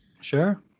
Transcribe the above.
sure